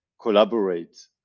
collaborate